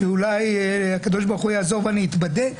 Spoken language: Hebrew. כי אולי הקדוש ברוך הוא יעזור ואני אתבדה,